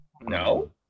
No